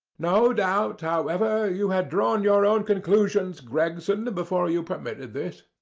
no doubt, however, you had drawn your own conclusions, gregson, before you permitted this.